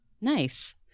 nice